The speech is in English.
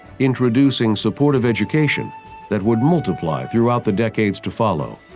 introducing support of education that would multiply throughout the decades to follow.